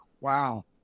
wow